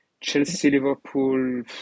Chelsea-Liverpool